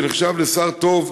שנחשב לשר טוב,